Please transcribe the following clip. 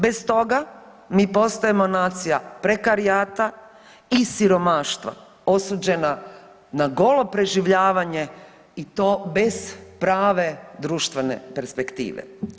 Bez toga mi postajemo nacija prekarijata i siromaštva, osuđena na golo preživljavanje i to bez prave društvene perspektive.